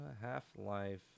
Half-Life